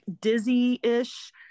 dizzy-ish